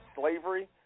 slavery